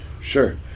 Sure